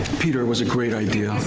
peter, it was a great idea,